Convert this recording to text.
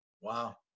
Wow